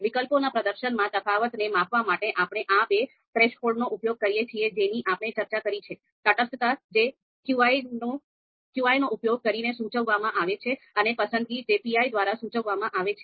વિકલ્પોના પ્રદર્શનમાં તફાવતને માપવા માટે આપણે આ બે થ્રેશોલ્ડનો ઉપયોગ કરીએ છીએ જેની આપણે ચર્ચા કરી છે તટસ્થતા જે qi નો ઉપયોગ કરીને સૂચવવામાં આવે છે અને પસંદગી જે pi દ્વારા સૂચવવામાં આવે છે